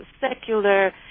secular